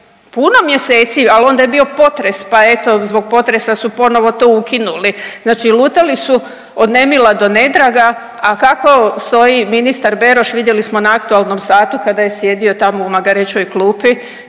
puno mjeseci, ali onda je bio potres, pa eto zbog potresa su ponovo to ukinuli. Znači lutali su od nemila do nedraga, a kako stoji ministar Beroš vidjeli smo na aktualnom satu kada je sjedio tamo u magarećoj klupi,